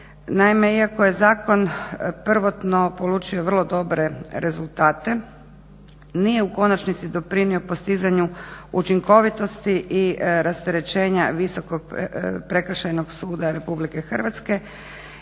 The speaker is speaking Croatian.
iako je zakon prvotno polučio vrlo dobre rezultate nije u konačnici doprinio postizanju učinkovitosti i rasterećenja Visokog prekršajnog suda Republike Hrvatske